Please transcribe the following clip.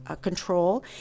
control